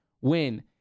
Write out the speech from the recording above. win